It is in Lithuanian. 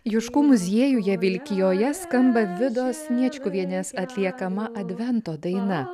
juškų muziejuje vilkijoje skamba vidos sniečkuvienės atliekama advento daina